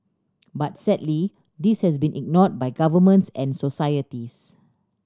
but sadly this has been ignored by governments and societies